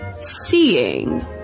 seeing